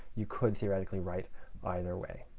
you could theoretically write either way.